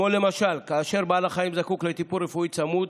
למשל כאשר בעל החיים זקוק לטיפול רפואי צמוד,